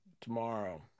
tomorrow